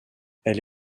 elle